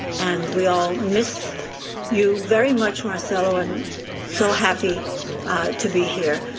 and we all miss you very much, marcelo, and so happy to be here.